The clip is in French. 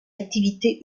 activités